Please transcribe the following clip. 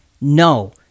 no